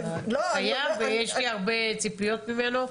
ויש לי הרבה ציפיות ממנו.